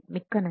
மிக்க நன்றி